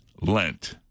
Lent